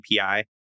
API